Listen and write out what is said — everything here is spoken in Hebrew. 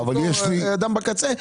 האדם בקצה,